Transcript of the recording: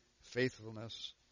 faithfulness